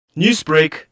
Newsbreak